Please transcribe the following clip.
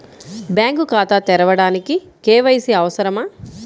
Bank ఖాతా తెరవడానికి KYC అవసరమా?